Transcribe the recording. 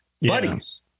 buddies